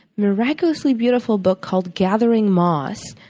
miraculously beautiful book called, gathering moss,